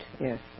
yes